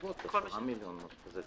בסביבות 10 מיליון שקל, משהו כזה.